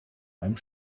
einem